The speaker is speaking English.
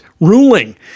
ruling